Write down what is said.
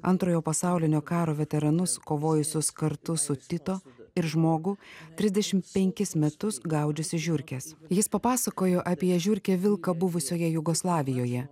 antrojo pasaulinio karo veteranus kovojusius kartu su tito ir žmogų trisdešim penkis metus gaudžiusį žiurkes jis papasakojo apie žiurkę vilką buvusioje jugoslavijoje